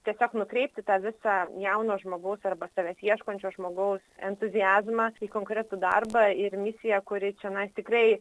tiesiog nukreipti tą visą jauno žmogaus arba savęs ieškančio žmogaus entuziazmą kai konkretų darbą ir misiją kuri čionai tikrai